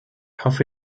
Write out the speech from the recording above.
hoffe